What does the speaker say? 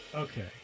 Okay